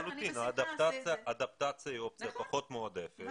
לחלוטין, אדפטציה היא אופציה פחות מועדפת.